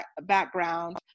background